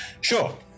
Sure